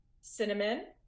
Cinnamon